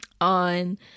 on